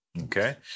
Okay